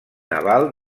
naval